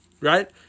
Right